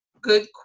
good